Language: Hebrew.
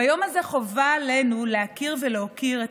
ביום הזה חובה עלינו להכיר ולהוקיר את